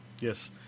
Yes